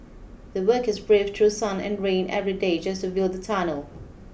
the workers braved through sun and rain every day just to build the tunnel